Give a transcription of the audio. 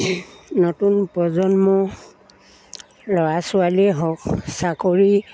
নতুন প্ৰজন্ম ল'ৰা ছোৱালীয়ে হওক চাকৰি